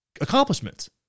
accomplishments